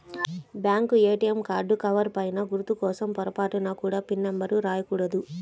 bank ATM card cover పైన గుర్తు కోసం పొరపాటున కూడా పిన్ నెంబర్ రాయకూడదు